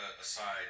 aside